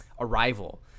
Arrival